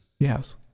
Yes